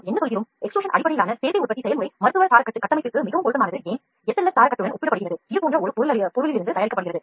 S scaffoldடுடன் ஒப்பிடுகையில் ஏன் பிதிர்வு அடிப்படையிலான சேர்க்கை உற்பத்தி செயல்முறை மருத்துவ scaffold கட்டமைப்பிற்கு மிகவும் பொருத்தமானது ஆகியனவற்றைக் குறித்து பார்த்தோம்